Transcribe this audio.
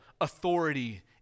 authority